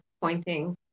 pointing